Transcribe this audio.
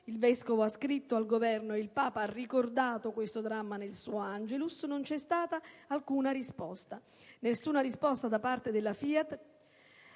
il Vescovo ha scritto al Governo e il Papa ha ricordato questo dramma nel suo Angelus - non c'è stata alcuna risposta da parte della